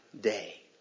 day